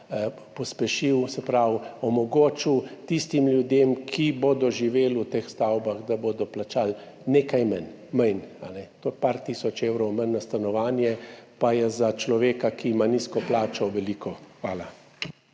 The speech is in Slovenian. bo pa omogočil tistim ljudem, ki bodo živeli v teh stavbah, da bodo plačali nekaj manj. To je par tisoč evrov manj na stanovanje, kar je za človeka, ki ima nizko plačo, veliko. Hvala.